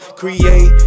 create